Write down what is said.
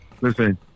listen